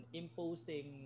imposing